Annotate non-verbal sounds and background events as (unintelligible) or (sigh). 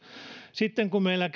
sitten kun meillä (unintelligible)